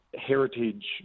heritage